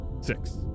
Six